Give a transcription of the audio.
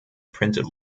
printed